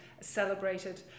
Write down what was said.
celebrated